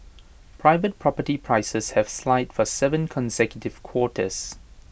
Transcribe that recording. private property prices have slide for Seven consecutive quarters